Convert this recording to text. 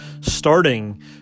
starting